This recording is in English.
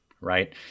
right